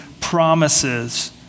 promises